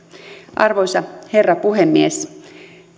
arvoisa herra puhemies